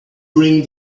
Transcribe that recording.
bring